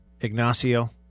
Ignacio